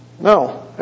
No